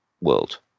world